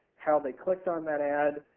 how they clicked on that ad,